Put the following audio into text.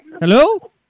Hello